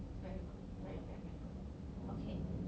very good very very very good okay